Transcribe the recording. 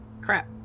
Crap